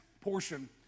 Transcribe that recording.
portion